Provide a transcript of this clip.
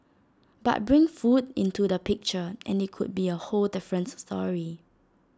but bring food into the picture and IT could be A whole different story